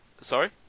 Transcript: sorry